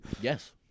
Yes